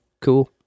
cool